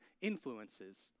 influences